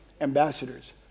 ambassadors